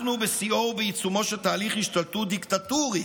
אנחנו בשיאו ובעיצומו של תהליך השתלטות דיקטטורי